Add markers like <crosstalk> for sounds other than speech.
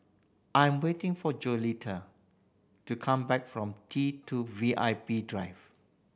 I'm waiting for <unintelligible> to come back from T Two V I P Drive